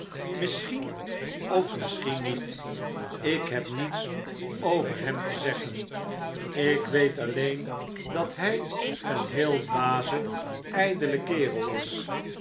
misschien of misschien niet ik heb niets over hem te zeggen ik weet alleen dat hij een heel dwaze ijdele kerel is